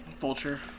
vulture